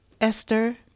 Esther